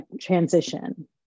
transition